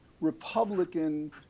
Republican